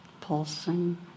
pulsing